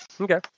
Okay